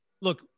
look